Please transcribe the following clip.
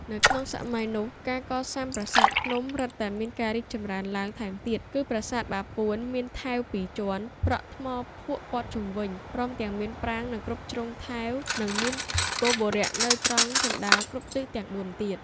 នៅក្នុងសម័យនោះ ការកសាងប្រាសាទភ្នំរិតតែមានការរីកចម្រើនឡើងថែមទៀត គឺប្រាសាទបាពួនមានថែវពីរជាន់ ប្រក់ថ្មភក់ព័ទ្ធជុំវិញ ព្រមទាំង មានប្រាង្គនៅគ្រប់ជ្រុងថែវ និងមានគោបុរៈនៅត្រង់ជណ្ដើរគ្រប់ទិសទាំងបួនទៀត ។